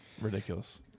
Ridiculous